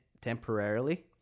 temporarily